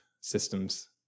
systems